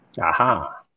Aha